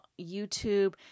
YouTube